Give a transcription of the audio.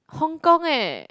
Hong-Kong eh